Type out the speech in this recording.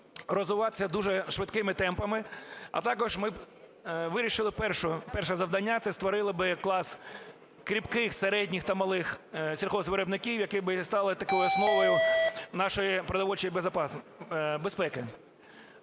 розвиватися дуже швидкими темпами. А також ми вирішили перше завдання – це створили би клас кріпких середніх та малих сільгоспвиробників, які б і стали такою основою нашої продовольчою безпеки.